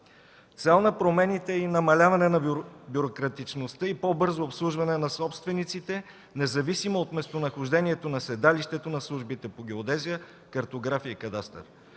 Цел на промените е и намаляване на бюрократичността и по-бързо обслужване на собствениците независимо от местонахождението на седалището на службите по геодезия, картография и кадастър.